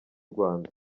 rwanda